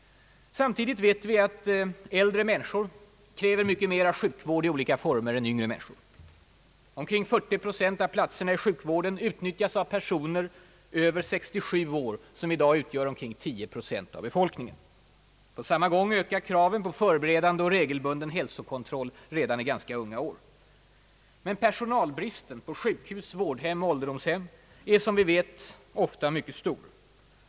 Samtidigt vet vi att äldre människor kräver mycket mer av sjukvård i olika former än yngre människor. Omkring 40 procent av platserna i sjukvården nyttjas av personer över 67 år som i dag utgör omkring 10 procent av befolkningen. På samma gång ökar kraven på förberedande och regelbunden hälsokontroll redan i ganska unga år. Men personalbristen på sjukhus, vårdhem och ålderdomshem är som vi vet ofta mycket stor.